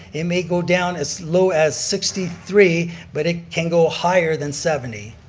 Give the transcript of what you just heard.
it may go down as low as sixty three but it can go higher than seventy.